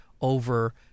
over